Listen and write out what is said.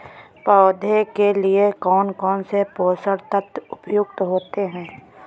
पौधे के लिए कौन कौन से पोषक तत्व उपयुक्त होते हैं?